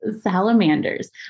salamanders